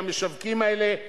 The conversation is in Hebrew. למשווקים האלה,